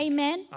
Amen